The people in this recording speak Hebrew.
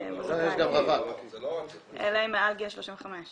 זה לא רק זוג נשוי.